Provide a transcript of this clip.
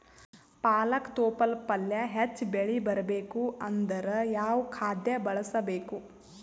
ಪಾಲಕ ತೊಪಲ ಪಲ್ಯ ಹೆಚ್ಚ ಬೆಳಿ ಬರಬೇಕು ಅಂದರ ಯಾವ ಖಾದ್ಯ ಬಳಸಬೇಕು?